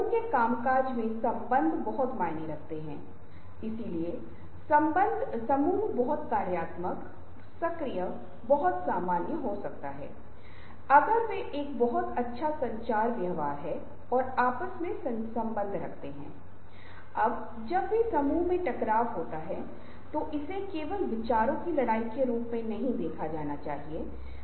यदि आप 7 से 9 स्कोर करते हैं तो आप समय प्रबंधन में अच्छा कर रहे हैं हालाँकि आपको एक या दो चीजों को बदलने की आवश्यकता हो सकती है